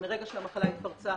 ומרגע שהמחלה התפרצה,